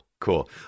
Cool